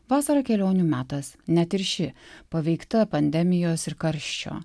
vasara kelionių metas net ir ši paveikta pandemijos ir karščio